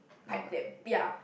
pipe them ya